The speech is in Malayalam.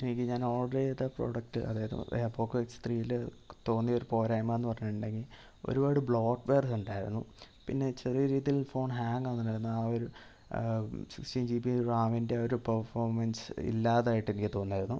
എനിക്ക് ഈ ഞാൻ ഓഡർ ചെയ്ത പ്രോഡക്റ്റ് അതായത് പോകോ എക്സ് ത്രീയിൽ തോന്നിയ ഒരു പോരായ്മയെന്ന് പറഞ്ഞിട്ടുണ്ടെങ്കിൽ ഒരുപാട് ബ്ലോട്ട് വെയർ കണ്ടായിരുന്നു പിന്നേ ചെറിയ രീതിയിൽ ഫോൺ ഹാങ്ങ് ആകുന്നുണ്ടായിരുന്നു ആ ഒരു സിക്സ്റ്റീൻ ജീബി റാമിൻ്റെ ഒരു പെർഫോമൻസ് ഇല്ലാതായിട്ട് എനിക്ക് തോന്നിയായിരുന്നു